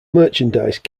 merchandise